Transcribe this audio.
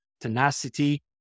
tenacity